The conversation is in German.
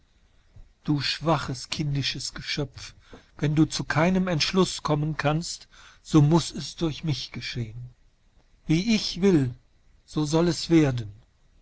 du schwaches kindisches geschöpf wenn du zu keinem entschluß kommen kannst so muß es durch mich geschehen wie ich will so soll es werden